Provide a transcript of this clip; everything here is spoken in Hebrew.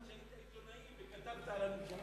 שלא נולד כשהיית עיתונאי וכתבת על הממשלה הזאת.